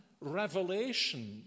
revelation